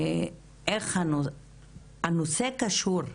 איך הנושא קשור למיניות.